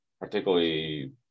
particularly